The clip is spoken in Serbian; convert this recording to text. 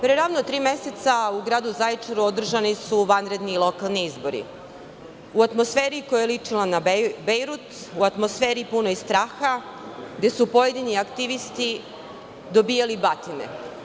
Pre ravno tri meseca u gradu Zaječaru održani su vanredni lokalni izbori u atmosferi koja je ličila na Bejrut, u atmosferi punoj straha gde su pojedini aktivisti dobijali batine.